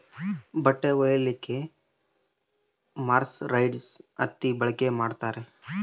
ಬಟ್ಟೆ ಹೊಲಿಯಕ್ಕೆ ಮರ್ಸರೈಸ್ಡ್ ಹತ್ತಿ ಬಳಕೆ ಮಾಡುತ್ತಾರೆ